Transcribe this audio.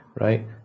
right